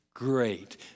Great